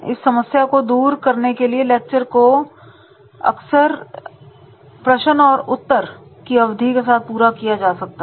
इस समस्या को दूर करने के लिए लेक्चर को अक्सर प्रश्न और उत्तर की अवधि के साथ पूरा किया जाता है